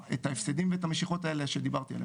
ההפסדים ואת המשיכות האלה שדיברתי עליהם.